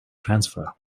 transfer